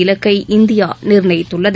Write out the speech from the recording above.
இலக்கை இந்தியா நிர்ணயித்துள்ளது